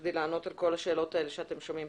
כדי לענות על כל השאלות שעולות.